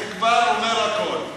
זה כבר אומר הכול.